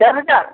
ᱪᱟᱨ ᱦᱟᱡᱟᱨ